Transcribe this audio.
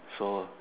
so